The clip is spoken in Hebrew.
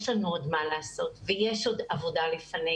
יש לנו עוד מה לעשות ויש עוד עבודה לפנינו,